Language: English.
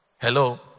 Hello